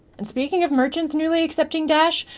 and speaking of merchants newly accepting dash,